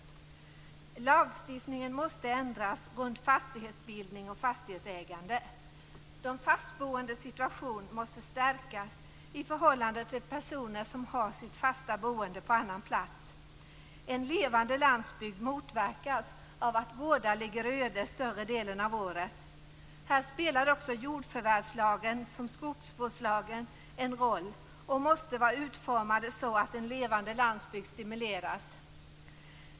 Lagstiftningen om fastighetsbildning och fastighetsägande måste ändras. De fastboendes situation måste stärkas i förhållande till personer som har sitt fasta boende på annan plats. En levande landsbygd motverkas av att gårdar ligger öde större delen av året. Här spelar såväl jordförvärvslagen som skogsvårdslagen en roll, och de måste vara utformade så att en levande landsbygd stimuleras.